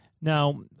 Now